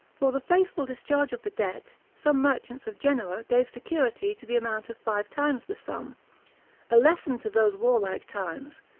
for the faithful discharge of the debt, some merchants of genoa gave security to the amount of five times the sum a lesson to those warlike times,